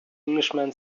englishman